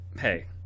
hey